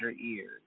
years